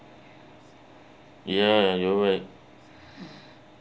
ya you're right